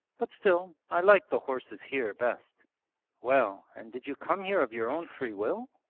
but still, i like the horses here best well, and did you come here of your own free will,